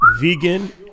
Vegan